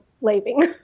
leaving